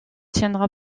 tiendra